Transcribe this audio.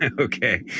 Okay